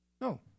No